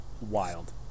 Wild